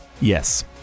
Yes